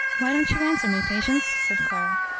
why don't you answer me, patience, said clara.